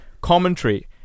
Commentary